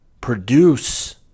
Produce